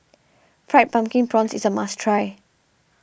Fried Pumpkin Prawns is a must try